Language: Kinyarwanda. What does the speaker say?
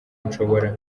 nshobora